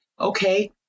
Okay